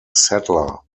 settler